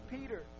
Peter